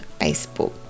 Facebook